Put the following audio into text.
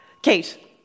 Kate